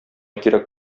кирәк